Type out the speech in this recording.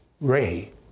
Ray